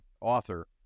author